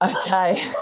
Okay